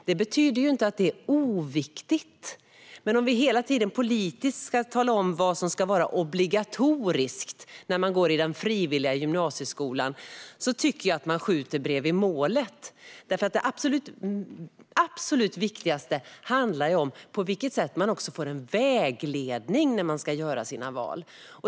Det betyder inte att det är oviktigt. Men om vi hela tiden politiskt ska tala om vad som ska vara obligatoriskt när man går i den frivilliga gymnasieskolan tycker jag att man skjuter bredvid målet, därför att det absolut viktigaste handlar om på vilket sätt man också får en vägledning när man ska göra sina val.